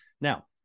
Now